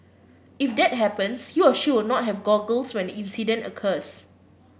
if that happens he or she will not have goggles when the incident occurs